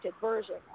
version